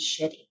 shitty